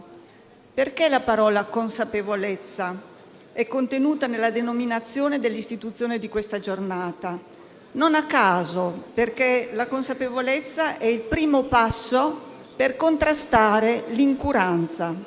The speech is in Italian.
Perché la parola «consapevolezza» è contenuta nella denominazione dell'istituzione di questa giornata? Non a caso, perché la consapevolezza è il primo passo per contrastare l'incuranza.